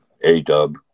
A-Dub